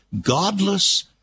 godless